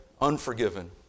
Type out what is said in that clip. unforgiven